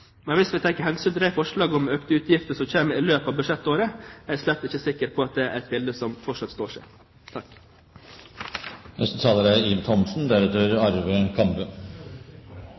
Men hvis vi tar hensyn til det forslaget om økte utgifter som kommer i løpet av budsjettåret, er jeg slett ikke sikker på at det er et bilde som fortsatt står seg. Det er fristende å starte innlegget med ett minutts stillhet. Jeg er